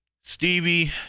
Stevie